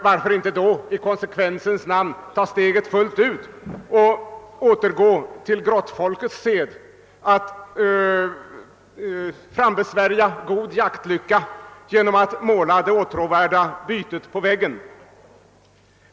Varför inte då i konsekvensens namn ta steget fullt ut och återgå till grottfolkets sed att frambesvärja god jaktlycka genom att måla det åtrådda bytet på väggen?